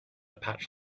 patch